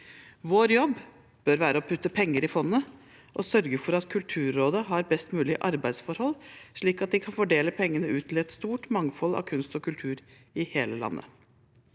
Vår jobb bør være å putte penger i fondet og sørge for at Kulturrådet har best mulig arbeidsforhold, slik at de kan fordele pengene ut til et stort mangfold av kunst og kultur i hele landet.